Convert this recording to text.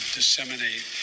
disseminate